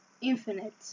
infinite